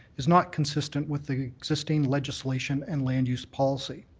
is not consistent with the existing legislation and land use policy.